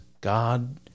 God